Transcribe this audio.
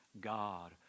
God